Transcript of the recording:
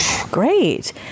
great